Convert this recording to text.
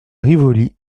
rivoli